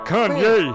Kanye